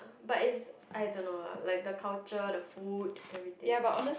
but is I don't know lah like the culture the food everything